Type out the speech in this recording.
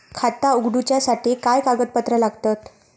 खाता उगडूच्यासाठी काय कागदपत्रा लागतत?